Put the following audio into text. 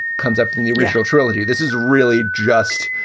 comes up in the original trilogy. this is really just,